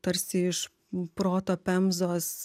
tarsi iš proto pemzos